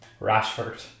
Rashford